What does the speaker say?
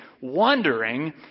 wondering